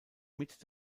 mit